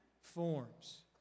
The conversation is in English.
forms